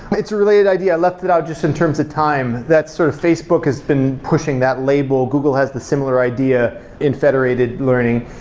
it's a related idea left it out just in terms of time. that sort of facebook has been pushing that label. google has the similar idea in federated learning.